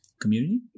Community